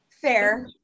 Fair